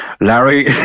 Larry